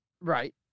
right